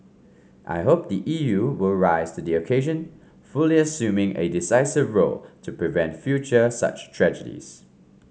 I hope the E U will rise to the occasion fully assuming a decisive role to prevent future such tragedies